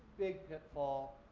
big pitfall,